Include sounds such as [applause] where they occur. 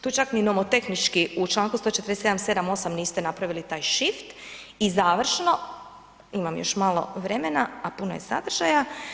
Tu čak ni nomotehnički u čl. 147 ... [unintelligible] niste napravili taj shift i završno, imamo još malo vremena a puno je sadržaja.